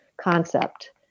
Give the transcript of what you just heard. concept